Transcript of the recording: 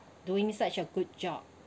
doing such a good job